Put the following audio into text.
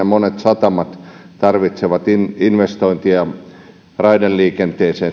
monet satamat tarvitsevat investointeja raideliikenteeseen